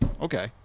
okay